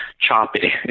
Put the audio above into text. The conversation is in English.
choppy